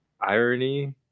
irony